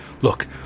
Look